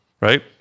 right